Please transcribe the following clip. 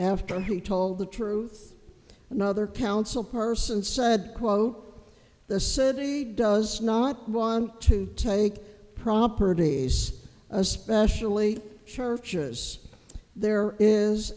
after he told the truth another council person said quote the city does not want to take properties especially churches there is